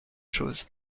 chose